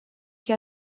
que